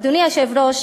אדוני היושב-ראש,